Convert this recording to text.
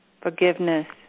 forgiveness